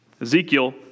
Ezekiel